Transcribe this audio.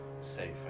safe